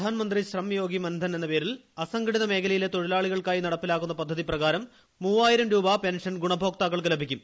പ്രധാൻ മന്ത്രി ശ്രം യോഗി മൻധൻ എന്ന പേരിൽ അസംഘടിത മേഖലയിലെ തൊഴിലാളികൾക്കായി നടപ്പാക്കുന്ന പദ്ധതി പ്രകാരം മൂവായിരം രൂപ പെൻഷൻ ഗുണഭോക്താക്കൾക്ക് ലഭിക്കും